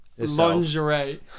Lingerie